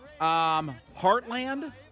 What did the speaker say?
Heartland